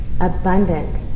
abundant